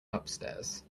upstairs